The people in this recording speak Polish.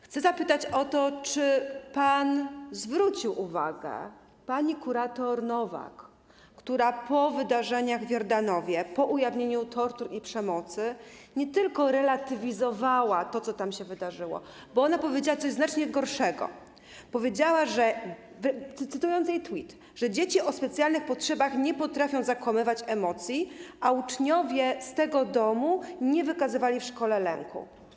Chcę zapytać o to, czy pan zwrócił uwagę pani kurator Nowak, która po wydarzeniach w Jordanowie, po ujawnieniu tortur i przemocy nie tylko relatywizowała to, co tam się wydarzyło, ale powiedziała coś znacznie gorszego, powiedziała, że - cytując jej tweet - dzieci o specjalnych potrzebach nie potrafią zakłamywać emocji, a uczniowie z tego domu nie wykazywali w szkole lęku.